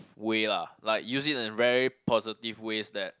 way lah like use it in a very positive ways that